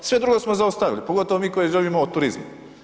Sve drugo smo zaustavili, pogotovo mi koji živimo od turizma.